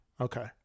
Okay